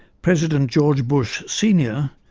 president george bush senior,